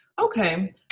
Okay